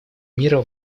мира